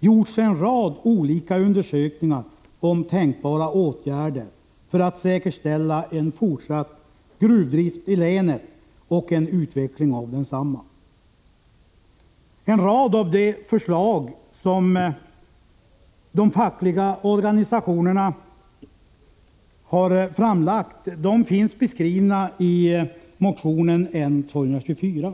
gjorts en rad olika undersökningar om tänkbara åtgärder för att säkerställa en fortsatt gruvdrift i länet och en utveckling av densamma. En rad av de förslag som de fackliga — Prot. 1985/86:125 organisationerna har framlagt finns beskrivna i motion N224.